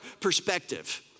perspective